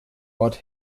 ort